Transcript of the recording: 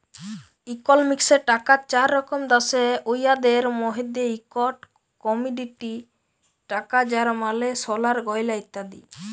ইকলমিক্সে টাকার চার রকম দ্যাশে, উয়াদের মইধ্যে ইকট কমডিটি টাকা যার মালে সলার গয়লা ইত্যাদি